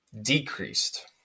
decreased